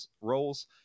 roles